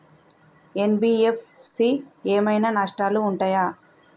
NBFC ఏమైనా నష్టాలు ఉంటయా?